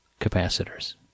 capacitors